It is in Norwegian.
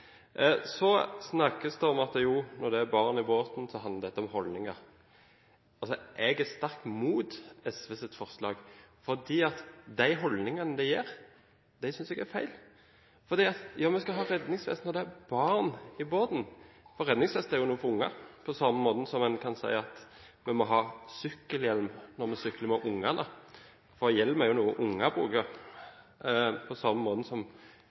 Så snakkes det om at det, når det er barn i båten, handler om holdninger. Jeg er sterkt mot SVs forslag, fordi jeg synes de holdningene det gir, er feil. Vi skal ha redningsvest når det er barn i båten, fordi redningsvest er noe for unger. På samme måte kan en si at vi må ha sykkelhjelm når vi sykler med ungene, fordi hjelm er noe unger bruker. På samme